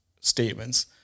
statements